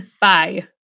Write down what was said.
Bye